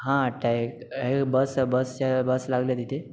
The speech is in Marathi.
हां ते हे बस बसच्या बस लागल्या तिथे